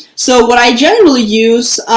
so what i generally use,